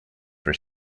for